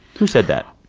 who said that?